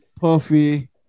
Puffy